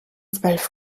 zwölf